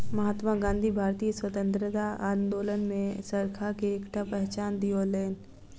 महात्मा गाँधी भारतीय स्वतंत्रता आंदोलन में चरखा के एकटा पहचान दियौलैन